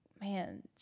man